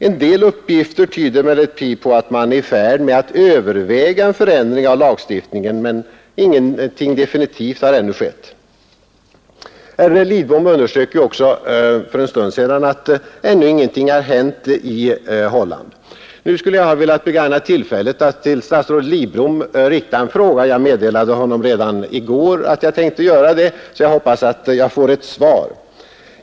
En del uppgifter tyder emellertid på att man är i färd med att överväga en förändring av lagstiftningen, men ingenting definitivt har ännu skett. Statsrådet Lidbom underströk ju också för en stund sedan att ingenting ännu har hänt i Holland. Nu skulle jag ha velat begagna tillfället att till statsrådet Lidbom rikta en fråga — jag meddelade honom redan i går att jag tänkte göra det, så jag hoppas att jag får ett svar.